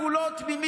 אנחנו לא תמימים,